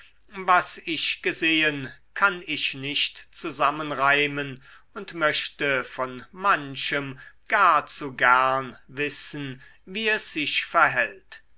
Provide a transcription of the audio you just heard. was ich gesehen kann ich nicht zusammenreimen und möchte von manchem gar zu gern wissen wie es sich verhält